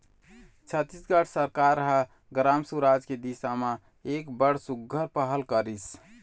छत्तीसगढ़ सरकार ह ग्राम सुराज के दिसा म एक बड़ सुग्घर पहल करिस